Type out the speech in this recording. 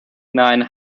nine